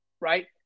right